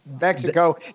Mexico